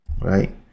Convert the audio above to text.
right